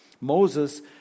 Moses